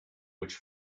which